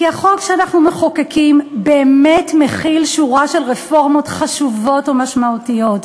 כי החוק שאנחנו מחוקקים באמת מכיל שורה של רפורמות חשובות ומשמעותיות,